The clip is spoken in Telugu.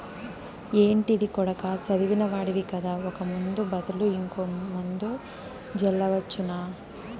ఏంటిది కొడకా చదివిన వాడివి కదా ఒక ముందు బదులు ఇంకో మందు జల్లవచ్చునా